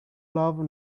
love